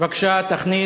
בבקשה תכניס.